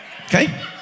okay